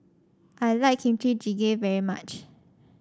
I like Kimchi Jjigae very much